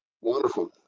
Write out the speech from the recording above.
wonderful